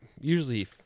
usually